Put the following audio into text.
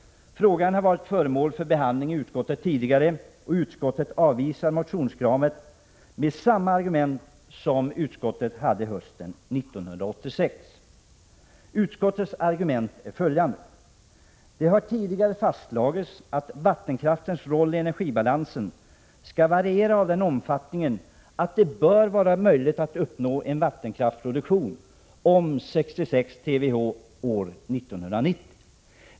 Frågan har varit föremål för behandling i utskottet tidigare, och utskottet avvisar motionskravet med samma argument som hösten 1986. Utskottets argument är följande: Det har tidigare fastslagits att vattenkraftens roll i energibalansen skall variera på ett sådant sätt att det bör vara möjligt att uppnå en vattenkraftsproduktion om 66 TWh per år 1990.